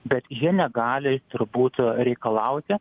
bet jie negali turbūt reikalauti